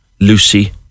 lucy